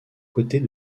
côtés